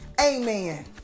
Amen